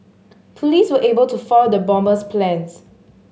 police were able to foil the bomber's plans